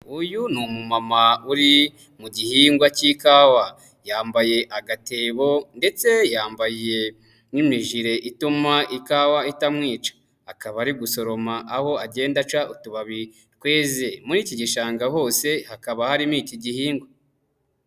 Uyu ni umumama uri mu gihingwa cy'ikawa, yambaye agatebo ndetse yambaye n'imijire ituma ikawa itamwica, akaba ari gusoroma aho agenda aca utubabi muri iki gishanga hose hakaba harimo iki gihingwa.